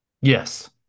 Yes